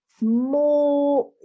more